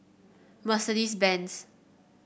Mercedes Benz